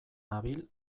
nabil